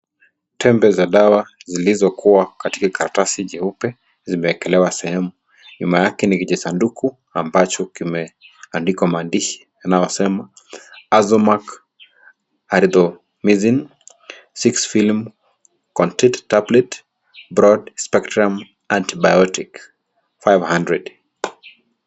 Tembe za dawa zilizo kuwa katika karatasi jeupe zimewekelewa sehemu nyuma yake ni kijisanduku ambacho kimeandikwa maandishi yanayosema Azomac Azithromycin 6 film contect tablet broad spectrum antibiotics 500 .